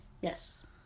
Yes